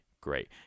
great